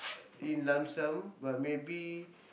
in lump sum but maybe